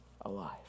alive